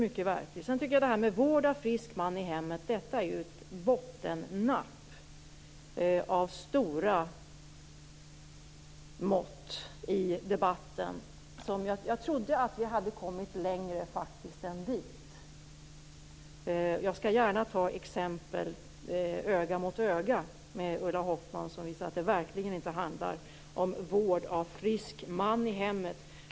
Detta med vård av frisk man i hemmet är ett bottennapp av stora mått i debatten. Jag trodde faktiskt att vi hade kommit längre än dit. Jag skall gärna öga mot öga med Ulla Hoffmann ge exempel som visar att det verkligen inte handlar om vård av frisk man i hemmet.